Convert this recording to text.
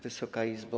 Wysoka Izbo!